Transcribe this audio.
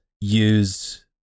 use